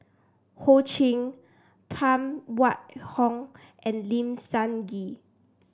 Ho Ching Phan Wait Hong and Lim Sun Gee